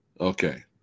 okay